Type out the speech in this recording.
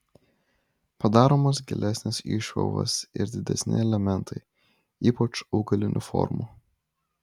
padaromos gilesnės išpjovos ir didesni elementai ypač augalinių formų